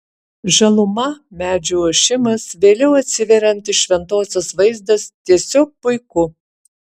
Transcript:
žaluma medžių ošimas vėliau atsiveriantis šventosios vaizdas tiesiog puiku